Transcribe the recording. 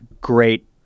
great